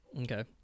Okay